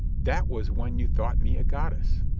that was when you thought me a goddess.